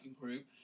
Group